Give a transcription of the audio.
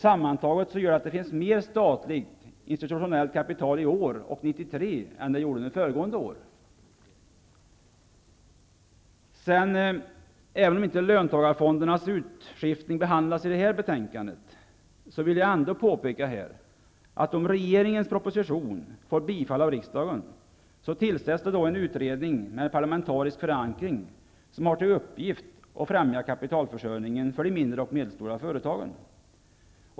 Sammantaget finns det alltså mer statligt institutionellt kapital i år och 1993 än under föregående år. Även om inte löntagarfondernas utskiftning behandlas i det här betänkandet vill jag här påpeka, att om regeringens proposition får bifall av riksdagen tillsätts en utredning med parlamentarisk förankring, som har till uppgift att främja kapitalförsörjningen för de mindre och medelstora företagen.